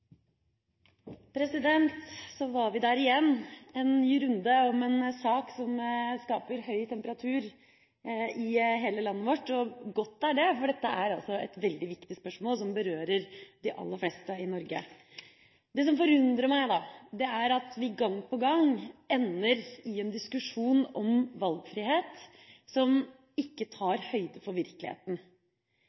Så er vi der igjen: En ny runde om en sak som skaper høy temperatur i hele landet vårt – og godt er det, for dette er et veldig viktig spørsmål som berører de aller fleste i Norge. Det som forundrer meg, er at vi gang på gang ender i en diskusjon om en valgfrihet som ikke tar høyde for